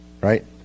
right